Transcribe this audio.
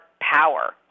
power